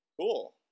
Cool